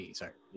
sorry